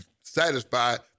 satisfied